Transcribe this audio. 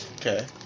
Okay